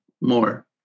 more